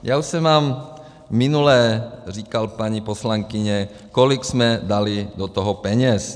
Já už jsem vám minule říkal, paní poslankyně, kolik jsme dali do toho peněz.